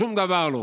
שום דבר לא.